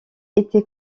été